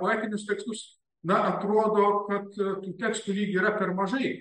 poetinius tekstus na atrodo kad tų tekstų lyg yra per mažai